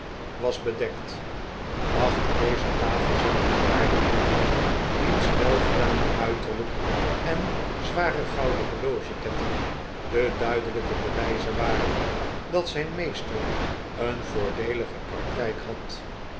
was bedekt achter deze tafel zat een bejaarde klerk wiens welgedaan uiterlijk en zware gouden horlogeketting de duidelijke bewijzen waren dat zijn meester een voordeelige praktijk had